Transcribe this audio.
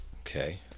Okay